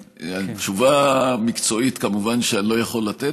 תשובה מקצועית כמובן שאני לא יכול לתת,